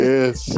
Yes